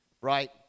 right